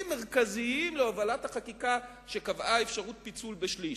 מרכזיים להובלת החקיקה שקבעה אפשרות פיצול בשליש.